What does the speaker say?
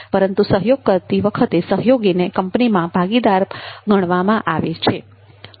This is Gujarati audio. પરંતુ સહયોગ કરતી વખતે સહયોગીને કંપનીમાં ભાગીદાર ગણવામાં આવે છે